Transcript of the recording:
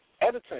editing